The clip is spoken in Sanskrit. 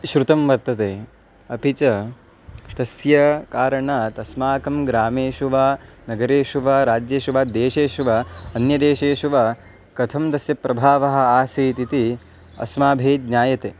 श्रुतं वर्तते अपि च तस्य कारणात् अस्माकं ग्रामेषु वा नगरेषु वा राज्येषु वा देशेषु वा अन्यदेशेषु वा कथं तस्य प्रभावः आसीत् इति अस्माभिः ज्ञायते